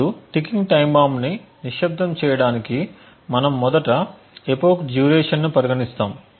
ఇప్పుడు ticking time బాంబ్ని నిశ్శబ్దం చేయడానికి మనం మొదట ఎపోక్ డ్యూరేషన్ను పరిగణిస్తాము